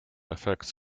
effects